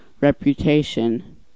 Reputation